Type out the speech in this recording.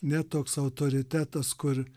ne toks autoritetas kur